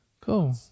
Cool